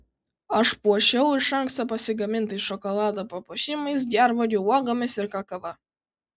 aš puošiau iš anksto pasigamintais šokolado papuošimais gervuogių uogomis ir kakava